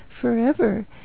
forever